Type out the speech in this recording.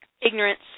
ignorance